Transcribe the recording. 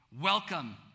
Welcome